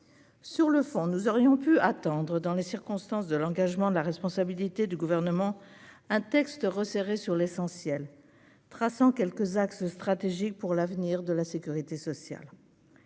sur le fond, nous aurions pu attendre dans les circonstances de l'engagement de la responsabilité du gouvernement un texte resserré sur l'essentiel, traçant quelques axes stratégiques pour l'avenir de la sécurité sociale